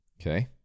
Okay